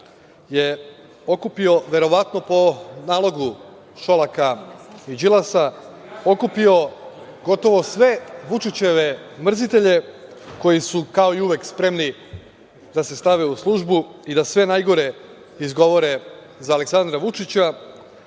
je okupio, verovatno po nalogu Šolaka i Đilasa, okupio gotovo sve Vučićeve mrzitelje, koji su kao i uvek spremni da se stave u službu i da sve najgore izgovore za Aleksandra Vučića,